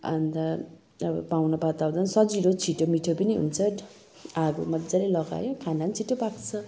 अन्त अब पाहुनापात आउँदा सजिलो छिटो मिठो पनि हुन्छ आगो मजाले लगायो खाना छिटो पाक्छ